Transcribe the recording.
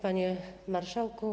Panie Marszałku!